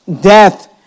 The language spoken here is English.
death